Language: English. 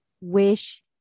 Wish